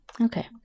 Okay